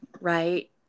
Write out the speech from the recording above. right